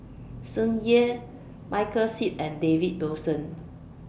Tsung Yeh Michael Seet and David Wilson